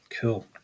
Cool